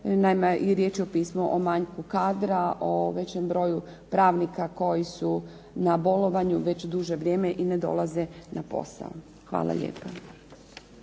riječ je o pismu o manjku kadra, o većem broju pravnika koji su na bolovanju već duže vrijeme i ne dolaze na posao. Hvala lijepa.